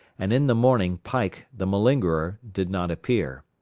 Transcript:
and in the morning pike, the malingerer, did not appear.